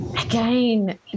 Again